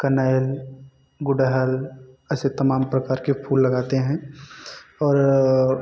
कंडहेल गुड़हल ऐसे तमाम प्रकार के फूल लगाते हैं और